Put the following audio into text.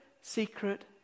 secret